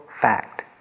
fact